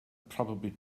probably